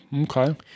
okay